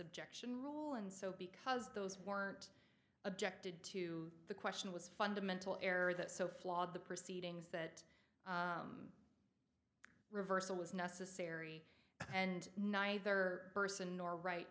objection rule and so because those weren't objected to the question was fundamental error that so flawed the proceedings that reversal was necessary and neither person nor ri